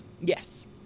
Yes